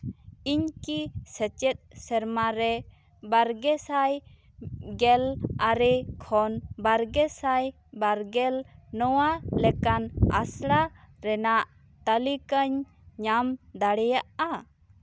ᱤᱧ ᱠᱤ ᱥᱮᱪᱮᱫ ᱥᱮᱨᱢᱟ ᱨᱮ ᱵᱟᱨ ᱜᱮ ᱥᱟᱭ ᱜᱮᱞ ᱟᱨᱮ ᱥᱟᱭ ᱠᱷᱚᱱ ᱵᱟᱨ ᱜᱮ ᱥᱟᱭ ᱵᱟᱨ ᱜᱮᱞ ᱱᱚᱶᱟ ᱞᱮᱠᱟᱱ ᱟᱥᱲᱟ ᱨᱮᱱᱟᱜ ᱛᱟᱞᱤᱠᱟᱧ ᱧᱟᱢ ᱫᱟᱲᱮᱭᱟᱜᱼᱟ